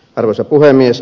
arvoisa puhemies